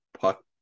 puck